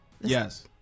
Yes